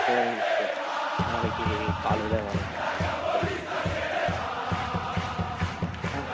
சரி சிஸ்டர் நாளைக்கு காலையில் வரோம் சிஸ்டர் ஆ